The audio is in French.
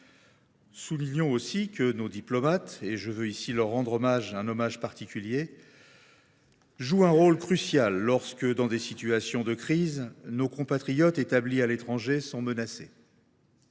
Soulignons aussi que nos diplomates – je veux ici leur rendre un hommage particulier – jouent un rôle crucial lorsque, dans des situations de crise, nos compatriotes établis à l’étranger sont menacés.